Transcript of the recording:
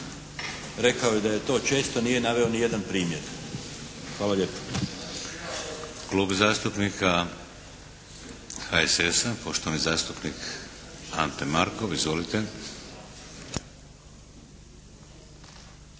Rekao je da je to često, nije naveo ni jedan primjer. Hvala lijepa.